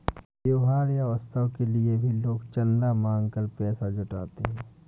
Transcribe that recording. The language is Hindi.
त्योहार या उत्सव के लिए भी लोग चंदा मांग कर पैसा जुटाते हैं